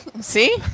See